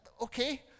Okay